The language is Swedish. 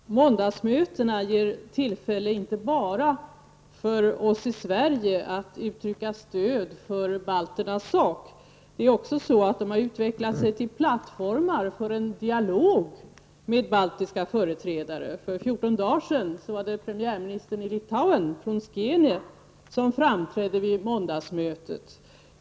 Herr talman! Måndagsmötena ger tillfälle inte bara för oss i Sverige att uttrycka stöd för balternas sak. De har också utvecklats till plattformar för en dialog med baltiska företrädare. För fjorton dagar sedan var premiärministern i Litauen Prunskiene här och framträdde vid måndagsmötet.